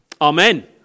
Amen